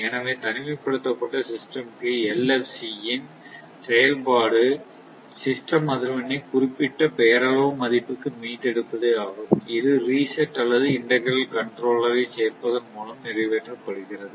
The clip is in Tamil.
எனவே தனிமைப்படுத்தப்பட்ட சிஸ்டம் க்கு LFC ன் செயல்பாடு சிஸ்டம் அதிர்வெண்ணை குறிப்பிட்ட பெயரளவு மதிப்புக்கு மீட்டெடுப்பதே ஆகும் இது ரீசெட் அல்லது இன்டெக்ரல் கண்ட்ரோலர் ஐ சேர்ப்பதன் மூலம் நிறைவேற்றப்படுகிறது